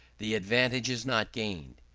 the advantage is not gained.